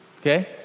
Okay